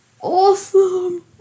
awesome